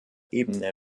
ebene